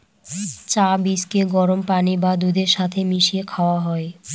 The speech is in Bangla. চা বীজকে গরম পানি বা দুধের সাথে মিশিয়ে খাওয়া হয়